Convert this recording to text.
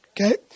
Okay